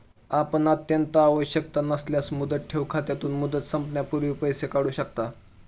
आपण अत्यंत आवश्यकता असल्यास मुदत ठेव खात्यातून, मुदत संपण्यापूर्वी पैसे काढू शकता